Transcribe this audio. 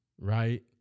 right